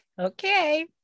Okay